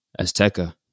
Azteca